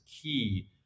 key